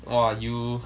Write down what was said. !wah! you